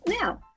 Now